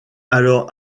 alors